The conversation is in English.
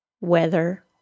Weather